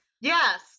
Yes